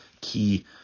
key